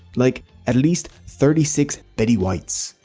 like, at least, thirty six betty white's.